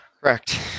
Correct